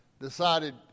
decided